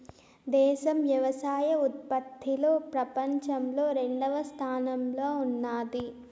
దేశం వ్యవసాయ ఉత్పత్తిలో పపంచంలో రెండవ స్థానంలో ఉన్నాది